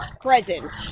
present